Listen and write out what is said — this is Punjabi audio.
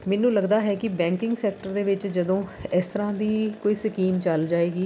ਮੈਨੂੰ ਲਗਦਾ ਹੈ ਕਿ ਬੈਂਕਿੰਗ ਸੈਕਟਰ ਦੇ ਵਿੱਚ ਜਦੋਂ ਇਸ ਤਰ੍ਹਾਂ ਦੀ ਕੋਈ ਸਕੀਮ ਚੱਲ ਜਾਏਗੀ